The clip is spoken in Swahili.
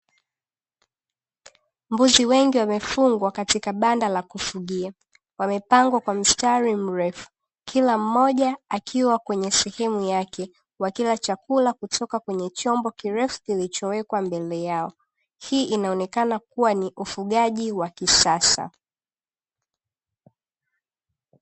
Mbuzi wengi wamefungwa katika banda la kufugia wamepangwa kwa mstari mrefu, kila mmoja akiwa kwenye sehemu yake kwa kila chakula kuchoka kwenye chombo kirefu kilichowekwa mbele yao hii inaonekana kuwa ni ufugaji wa kisasa